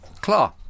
claw